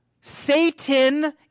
satan